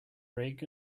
rig